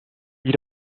you